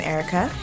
Erica